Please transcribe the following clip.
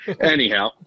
Anyhow